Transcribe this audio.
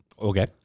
Okay